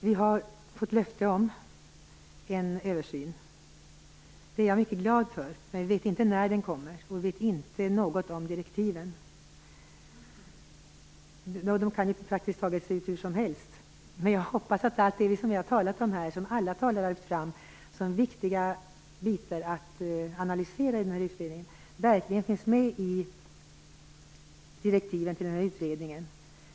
Vi har fått löfte om en översyn. Det är jag mycket glad för. Men vi vet inte när den kommer, och vi vet ingenting om direktiven. De kan praktiskt taget se ut hur som helst. Jag hoppas att det alla talare har lyft fram som viktiga frågor att analysera i utredningen verkligen finns med i direktiven.